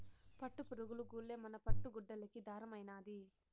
పట్టుపురుగులు గూల్లే మన పట్టు గుడ్డలకి దారమైనాది